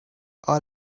all